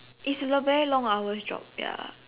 it's a very long hour job ya